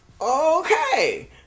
Okay